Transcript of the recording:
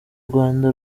rwanda